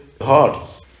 hearts